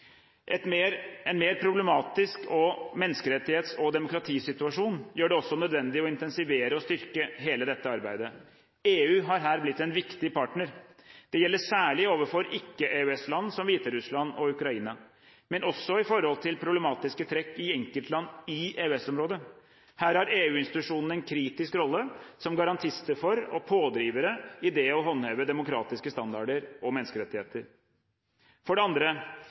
En mer problematisk menneskerettighets- og demokratisituasjon gjør det også nødvendig å intensivere og styrke hele dette arbeidet. EU har her blitt en viktig partner. Det gjelder særlig overfor ikke-EØS-land som Hviterussland og Ukraina, men også i forhold til problematiske trekk i enkeltland i EØS-området. Her har EU-institusjonene en kritisk rolle som garantister for og pådrivere i det å håndheve demokratiske standarder og menneskerettigheter. For det andre: